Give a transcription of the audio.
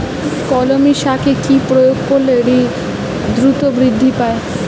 কলমি শাকে কি প্রয়োগ করলে দ্রুত বৃদ্ধি পায়?